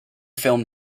film